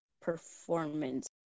performance